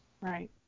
Right